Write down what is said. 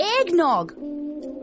Eggnog